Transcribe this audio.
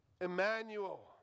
Emmanuel